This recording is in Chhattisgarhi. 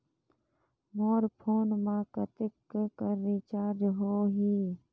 मोर फोन मा कतेक कर रिचार्ज हो ही?